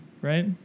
right